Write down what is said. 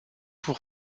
pour